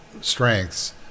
strengths